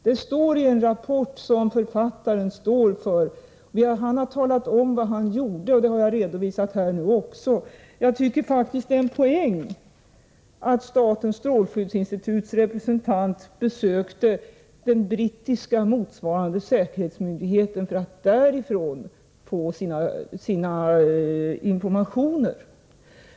Det finns angivet i en rapport som författaren står för. Han har talat om vad han gjorde, och det har jag också redovisat här. Jag tycker faktiskt att det är en poäng att statens strålskyddsinstituts representant besökte den motsvarande brittiska säkerhetsmyndigheten för att få informationer därifrån.